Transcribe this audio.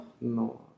No